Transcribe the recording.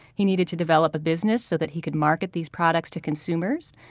he needed to develop a business so that he could market these products to consumers.